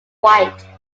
white